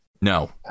No